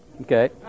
Okay